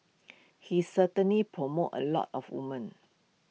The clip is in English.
he certainly promoted A lot of woman